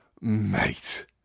mate